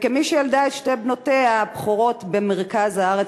וכמי שילדה את שתי בנותיה הבכורות במרכז הארץ,